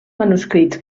manuscrits